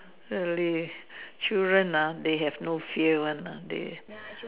really children ah they have no fear one ah they